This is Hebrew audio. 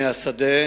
מהשדה,